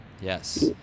yes